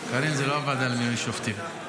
קארין, זו לא הוועדה למינוי שופטים.